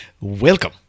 Welcome